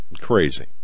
crazy